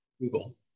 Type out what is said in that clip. Google